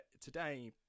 today